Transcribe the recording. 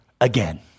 again